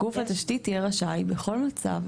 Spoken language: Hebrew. גוף התשתית יהיה רשאי בכל מצב,